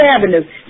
Avenue